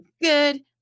Good